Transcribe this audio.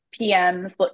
pms